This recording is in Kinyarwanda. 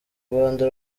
rwanda